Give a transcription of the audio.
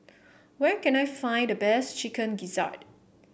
where can I find the best Chicken Gizzard